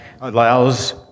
allows